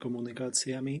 komunikáciami